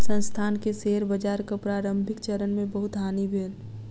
संस्थान के शेयर बाजारक प्रारंभिक चरण मे बहुत हानि भेल